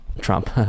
Trump